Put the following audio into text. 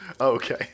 Okay